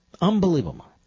Unbelievable